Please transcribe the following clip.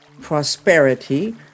prosperity